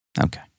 okay